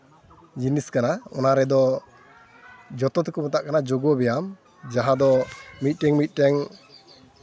ᱡᱤᱱᱤᱥ ᱠᱟᱱᱟ ᱚᱱᱟ ᱨᱮᱫᱚ ᱡᱚᱛᱚ ᱛᱮᱠᱚ ᱢᱮᱛᱟᱜ ᱠᱟᱱᱟ ᱡᱳᱜᱚ ᱵᱮᱭᱟᱢ ᱡᱟᱦᱟᱸ ᱫᱚ ᱢᱤᱫᱴᱮᱱ ᱢᱤᱫᱴᱮᱱ